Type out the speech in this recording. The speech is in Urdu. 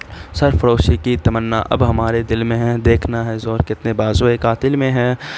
سر فروشی کی تمنا اب ہمارے دل میں ہے دیکھنا ہے زور کتنا بازوئے قاتل میں ہے